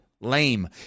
Lame